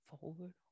forward